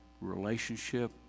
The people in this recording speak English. relationship